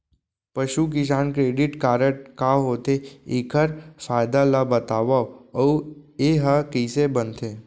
पसु किसान credit card का होथे, एखर फायदा ला बतावव अऊ एहा कइसे बनथे?